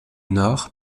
nord